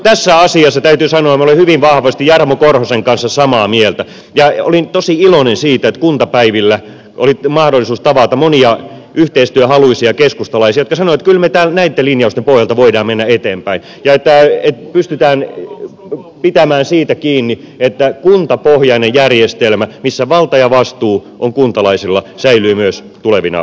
tässä asiassa täytyy sanoa että minä olen hyvin vahvasti jarmo korhosen kanssa samaa mieltä ja olin tosi iloinen siitä että kuntapäivillä oli mahdollisuus tavata monia yhteistyöhaluisia keskustalaisia jotka sanoivat että kyllä me näitten linjausten pohjalta voimme mennä eteenpäin ja että pystytään pitämään siitä kiinni että kuntapohjainen järjestelmä missä valta ja vastuu on kuntalaisilla säilyy myös tulevina